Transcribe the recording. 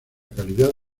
calidad